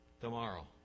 tomorrow